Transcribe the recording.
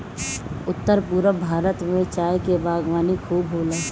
उत्तर पूरब भारत में चाय के बागवानी खूब होला